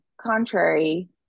contrary